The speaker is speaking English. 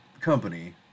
company